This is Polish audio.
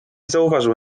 zauważył